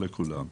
לכולם.